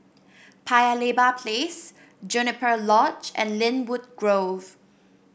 Paya Lebar Place Juniper Lodge and Lynwood Grove